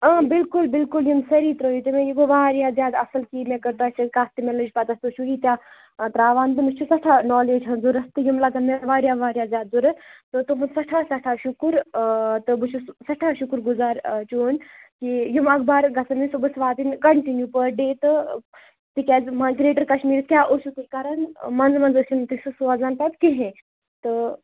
اۭں بِلکُل بِلکُل یِم سٲری ترٲوِو تُہۍ مےٚ یہِ گوٚو واریاہ زیادٕ اصٕل کہِ مےٚ کٔر تُہۍ سۭتۍ کَتھ تہٕ مےٚ لٔج پَتہ تُوہہِ چھِو ییٖتیاہ ترٲیزیٚو تہٕ مےٚ چھِ واریاہ نالیج ہنٛز ضۄرت تہٕ یِم لَگن مےٚ واریاہ زیادٕ ضۄرت تہٕ تُہُنٛد سٮ۪ٹھا سٮ۪ٹھا شُکٕر اۭں تہٕ بہٕ چھس سٮ۪ٹھا شُکُر گزار چون کہ یِم اخبار گَژھن مےٚ صُبحس واتٕنۍ کَنٹِنِو پٲٹھ ڈے تِکیازِ گریٹر کشمیٖرس کیاہ ٲسِو تُہی کران منٛز منٛز ٲسِو نہٕ تُہۍ سوزان پَتہٕ کِہنۍ تہٕ